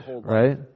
right